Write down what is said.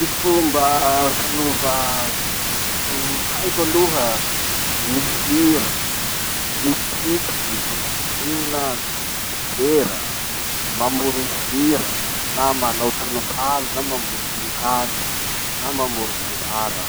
Ty fomba fanova zavakanto haiko aloha: mihira, mititiky gitara na mititiky batera, mamoro hira na manao tonokalo na mamoro tonokalo na mamoro tantara.